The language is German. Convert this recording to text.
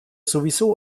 sowieso